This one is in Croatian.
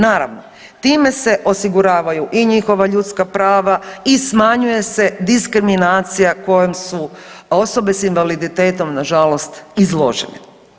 Naravno, time se osiguravaju i njihova ljudska prava i smanjuje se diskriminacija kojom su osobe sa invaliditetom na žalost izložene.